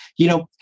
you know,